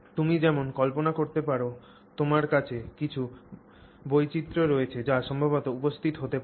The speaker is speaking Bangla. তুমি যেমন কল্পনা করতে পার তোমার কাছে কিছু বৈচিত্র রয়েছে যা সম্ভবত উপস্থিত হতে পারে